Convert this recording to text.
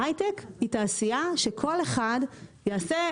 ההיי-טק הוא תעשייה של כל אחד יעשה,